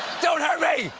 don't hurt me!